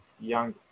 young